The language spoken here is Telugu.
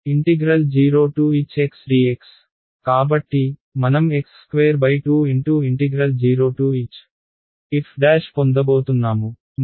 కాబట్టి మనం x22 0h f' పొందబోతున్నాము